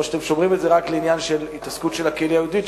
או שאתם שומרים את זה רק להתעסקות של הקהילה היהודית?